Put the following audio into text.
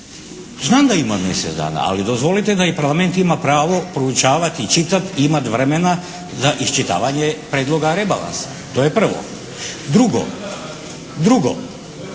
Znam da ima mjesec dana, ali dozvolite da i Parlament ima pravo proučavati i čitati i imati vremena za iščitavanje prijedloga rebalansa. To je prvo. Drugo, drugo,